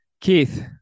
Keith